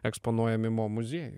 eksponuojami mo muziejuj